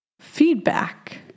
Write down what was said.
feedback